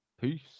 Peace